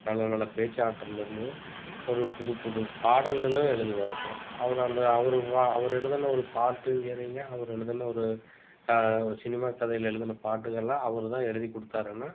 நல்ல நல்ல பேச்சாற்றல்லம்மு ஒரு புது புது பாடல்களும் எழுதுவாருங்க அவர் அந்த அவரு வா அவரு எழுதின ஒரு பாட்டும் சரிங்க அவரு எழுதின ஒரு கா சினிமா கதைகள் எழுதின பாட்டுகள் எல்லாம் அவரு தான் எழுதி கொடுத்தாருன்னா